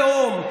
רגע לפני התהום: